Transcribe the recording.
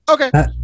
okay